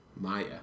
Maya